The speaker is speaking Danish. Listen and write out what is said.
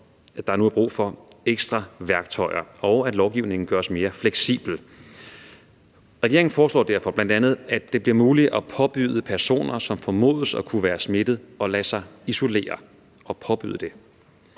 der nu er brug for ekstra værktøjer, og at lovgivningen gøres mere fleksibel. Regeringen foreslår derfor bl.a., at det bliver muligt at påbyde personer, som formodes at kunne være smittet, at lade sig isolere – altså at påbyde det.